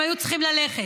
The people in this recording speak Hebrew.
הם היו צריכים ללכת.